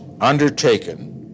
undertaken